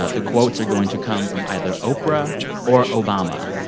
ah the quotes are going to come from either oprah or obama,